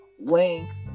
length